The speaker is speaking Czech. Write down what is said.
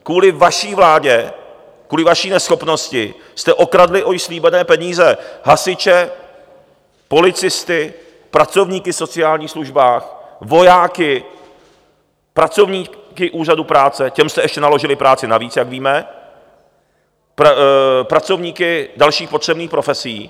Kvůli vaší vládě, kvůli vaší neschopnosti jste okradli o již slíbené peníze hasiče, policisty, pracovníky v sociálních službách, vojáky, pracovníky úřadů práce, těm jste ještě naložili práci navíc, jak víme, pracovníky dalších potřebných profesí.